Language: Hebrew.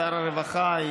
שר הרווחה,